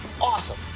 Awesome